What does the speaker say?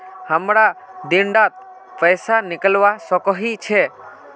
हमरा दिन डात पैसा निकलवा सकोही छै?